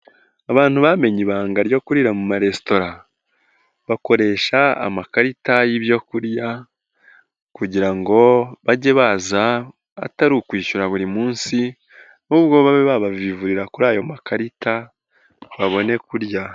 Abantu bamenye ibanga ryo kurira mu maresitora, bakoresha amakarita y'ibyokurya kugira ngo bajye baza atari ukwishyura buri munsi ahubwo babe babavivurira kuri ayo makarita babone kurya.